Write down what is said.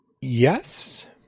Yes